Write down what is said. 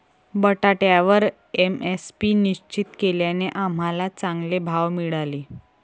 बटाट्यावर एम.एस.पी निश्चित केल्याने आम्हाला चांगले भाव मिळाले